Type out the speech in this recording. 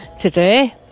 today